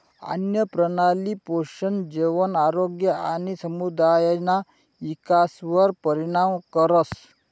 आन्नप्रणाली पोषण, जेवण, आरोग्य आणि समुदायना इकासवर परिणाम करस